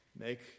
make